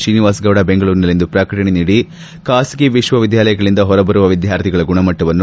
ಶ್ರೀನಿವಾಸಗೌಡ ಬೆಂಗಳೂರಿನಲ್ಲಿಂದು ಪ್ರಕಟಣೆ ನೀಡಿ ಬಾಸಗಿ ವಿಶ್ವವಿದ್ಯಾಲಯಗಳಿಂದ ಹೊರಬರುವ ವಿದ್ಯಾರ್ಥಿಗಳ ಗುಣಮಟ್ಟವನ್ನು